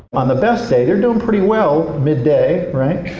on the best day they're doing pretty well, midday, right?